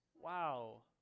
Wow